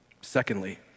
Secondly